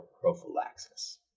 prophylaxis